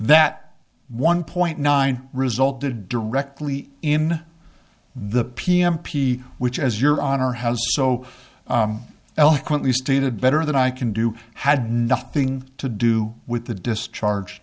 that one point nine resulted directly in the pm p which as your honor has so eloquently stated better than i can do had nothing to do with the discharge